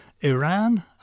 Iran